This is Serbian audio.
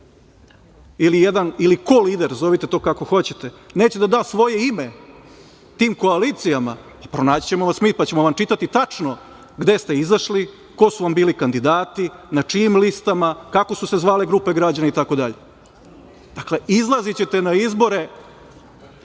ili kolider, zovite to kako hoćete, neće da da svoje ime tim koalicijama, pronaći ćemo vas mi, pa ćemo vam čitati tačno gde ste izašli, ko su vam bili kandidati, na čijim listama, kako su se zvale grupe građana itd. Dakle, izlazićete na izbore,